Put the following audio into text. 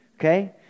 okay